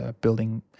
building